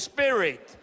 Spirit